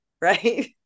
right